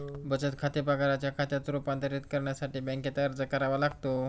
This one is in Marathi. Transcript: बचत खाते पगाराच्या खात्यात रूपांतरित करण्यासाठी बँकेत अर्ज करावा लागतो